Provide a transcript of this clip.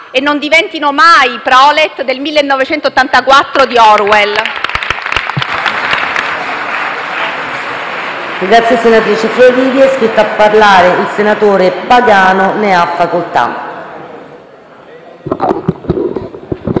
e non diventino mai prolet di «1984» di Orwell.